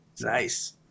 nice